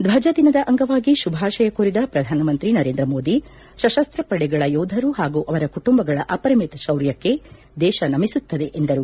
ಧ್ವಜ ದಿನದ ಅಂಗವಾಗಿ ಶುಭಾಶಯ ಕೋರಿದ ಪ್ರಧಾನ ಮಂತ್ರಿ ನರೇಂದ್ರ ಮೋದಿ ಸಶಸ್ತ ಪಡೆಗಳ ಯೋಧರು ಹಾಗೂ ಅವರ ಕುಟುಂಬಗಳ ಅಪರಿಮಿತ ಶೌರ್ಯಕ್ಕೆ ದೇಶ ನಮಿಸುತ್ತದೆ ಎಂದರು